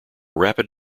rapid